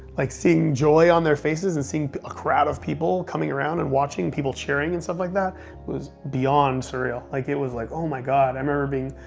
like seeing joy on their faces and seeing a crowd of people coming around and watching people, cheering, and stuff like that was beyond surreal. like it was like, oh my god. i remember being,